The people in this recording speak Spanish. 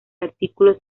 artículos